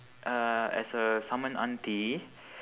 uh as a saman auntie